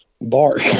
bark